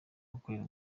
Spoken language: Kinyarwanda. gukorera